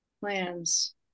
Plans